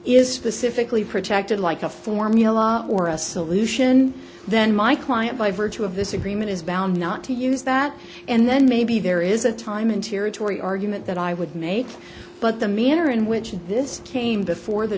is specifically protected like a formula or a solution then my client by virtue of this agreement is bound not to use that and then maybe there is a time interior torrie argument that i would make but the manner in which this came before the